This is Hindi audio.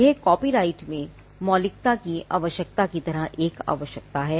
यह कॉपीराइट में मौलिकता की आवश्यकता की तरह एक आवश्यकता है